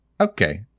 Okay